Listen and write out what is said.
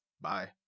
bye